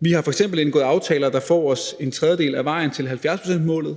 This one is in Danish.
Vi har f.eks. indgået aftaler, der får os en tredjedel af vejen til 70-procentsmålet.